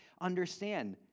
understand